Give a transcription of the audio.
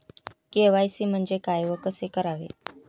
KYC म्हणजे काय व कसे करावे?